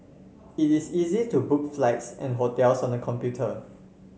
it is easy to book flights and hotels on the computer